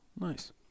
Nice